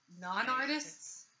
non-artists